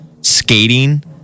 skating